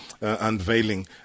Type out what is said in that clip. unveiling